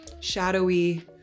shadowy